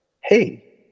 hey